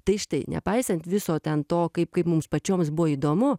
tai štai nepaisant viso to kaip kaip mums pačioms buvo įdomu